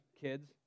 kids